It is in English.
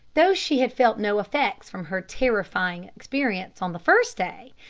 though she had felt no effects from her terrifying experience on the first day,